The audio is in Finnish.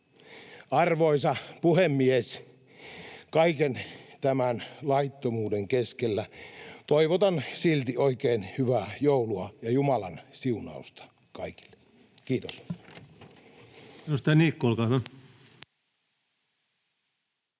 Arvoisa puhemies! Kaiken tämän laittomuuden keskellä toivotan silti oikein hyvää joulua ja Jumalan siunausta kaikille. — Kiitos.